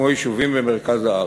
כמו יישובים במרכז הארץ.